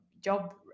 job